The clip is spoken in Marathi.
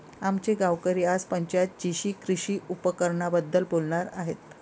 आमचे गावकरी आज पंचायत जीशी कृषी उपकरणांबद्दल बोलणार आहेत